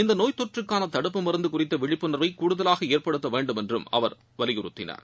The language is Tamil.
இந்த நோய் தொற்றுக்கான தடுப்பு மருந்து குறித்த விழிப்புணர்வை கூடுதலாக ஏற்படுத்த வேண்டும் என்றும் அவர் வலியுறுத்தினார்